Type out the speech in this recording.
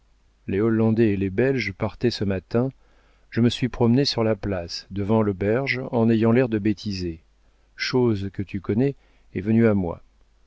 les hollandais et les belges partaient ce matin je me suis promené sur la place devant leur auberge en ayant l'air de bêtiser chose que tu connais est venu à moi